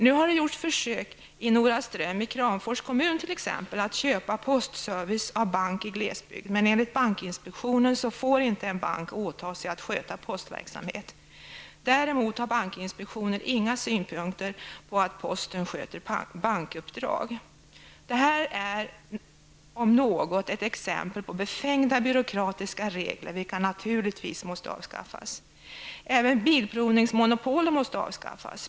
Nu har försök gjorts t.ex. i Noraström i Kramfors kommun att köpa postservice av bank i glesbygd. Men enligt bankinspektionen får inte en bank åta sig att sköta postverksamhet. Däremot har bankinspektionen inga synpunkter på att Posten sköter bankuppdrag. Detta är om något ett exempel på befängda byråkratiska regler, vilka naturligtvis måste avskaffas. Även bilprovningsmonopolet måste avskaffas.